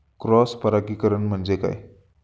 Cross परागीकरण म्हणजे काय?